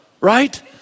right